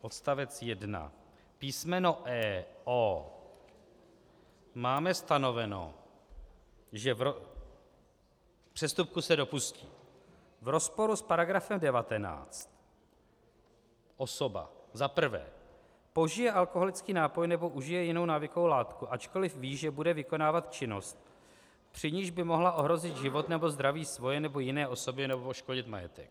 Odstavec 1 písmeno e) o) máme stanoveno, že přestupku se dopustí v rozporu s § 19 osoba za prvé požije alkoholický nápoj nebo užije jinou návykovou látku, ačkoliv ví, že bude vykonávat činnost, při níž by mohla ohrozit život nebo zdraví svoje nebo jiné osoby nebo poškodit majetek.